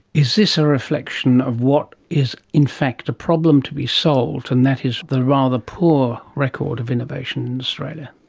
is this a reflection of what is in fact a problem to be solved and that is the rather poor record of innovation in australia?